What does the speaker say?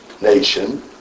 nation